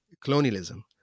colonialism